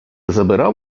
забирав